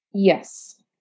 Yes